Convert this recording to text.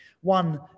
One